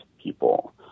people